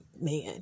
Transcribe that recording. man